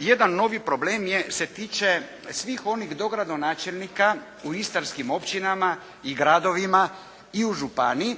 jedan novi problem je, se tiče svih onih dogradonačelnika u Istarskim općinama i gradovima i u županiji